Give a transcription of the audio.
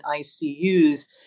ICUs